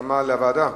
בהסכמה לוועדה?